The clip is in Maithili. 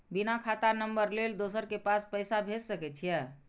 बिना खाता नंबर लेल दोसर के पास पैसा भेज सके छीए?